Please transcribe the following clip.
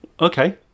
Okay